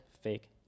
fake